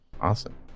Awesome